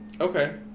Okay